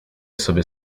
sobie